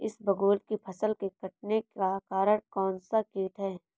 इसबगोल की फसल के कटने का कारण कौनसा कीट है?